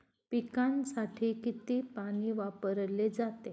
पिकांसाठी किती पाणी वापरले जाते?